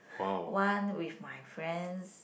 one with my friends